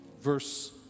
verse